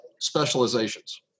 specializations